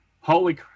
Holy